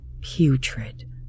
putrid